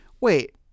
wait